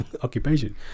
occupation